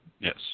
Yes